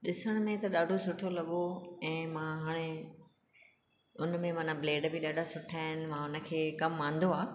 ॾिसण में ॾाढो सुठो लॻो ऐं मां हाणे हुनमें मन ब्लेड बि ॾाढा सुठा आहिनि मां हुनखे कमु आंदो आहे